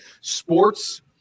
Sports